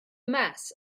mass